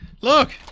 Look